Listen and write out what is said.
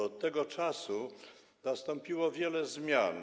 Od tego czasu nastąpiło wiele zmian.